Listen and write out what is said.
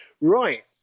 right